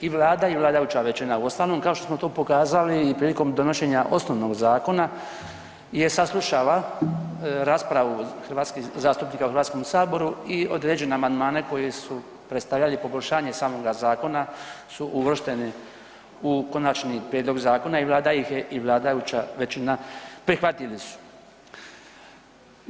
I Vlada i vladajuća većina uostalom kao što smo to pokazali i prilikom donošenja osnovnog zakona je saslušala raspravu hrvatskih zastupnika u Hrvatskom saboru i određene amandmane koji su predstavljali poboljšanje samoga zakona su uvršteni u konačni prijedlog zakona i Vlada ih je i vladajuća većina prihvatili su.